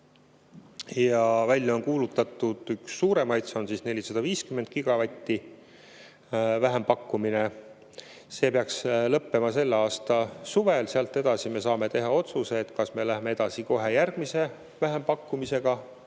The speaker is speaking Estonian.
Välja on kuulutatud üks suuremaid, see on 450 gigavatti, vähempakkumine. See peaks lõppema selle aasta suvel. Seejärel saame teha otsuse, kas läheme edasi kohe järgmise vähempakkumisega,